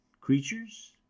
creatures